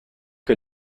que